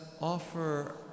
offer